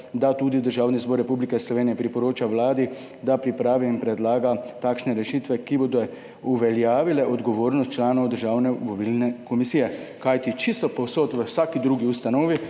da tudi Državni zbor Republike Slovenije priporoča Vladi, da pripravi in predlaga takšne rešitve, ki bodo uveljavile odgovornost članov Državne volilne komisije. Kajti, čisto povsod, v vsaki drugi ustanovi